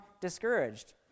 discouraged